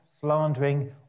slandering